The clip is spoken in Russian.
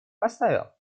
поставил